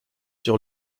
sur